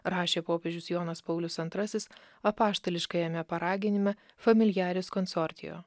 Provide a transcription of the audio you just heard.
rašė popiežius jonas paulius antrasis apaštališkajame paraginime familjaris konsorcijo